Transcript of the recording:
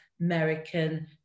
American